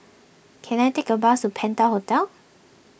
can I take a bus to Penta Hotel